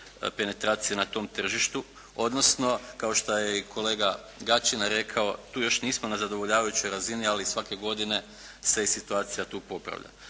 penetracije na tom tržištu odnosno kao što je i kolega Gačina rekao: «Tu još nismo na zadovoljavajućoj razini, ali svake godine se i situacija tu popravlja.»